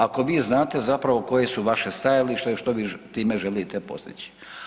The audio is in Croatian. Ako vi znate zapravo koje su vaša stajališta i što vi time želite postići.